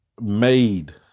made